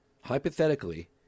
hypothetically